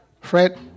Fred